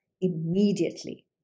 immediately